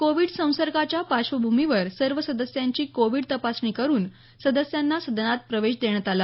Covid संसर्गाच्या पार्श्वभूमीवर सर्व सदस्यांची कोविड तपासणी करून सदस्यांना सदनात प्रवेश देण्यात आला